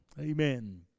Amen